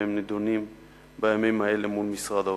והם נדונים בימים האלה מול משרד האוצר.